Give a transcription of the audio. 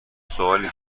سوالی